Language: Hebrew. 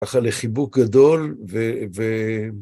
ככה לחיבוק גדול ו...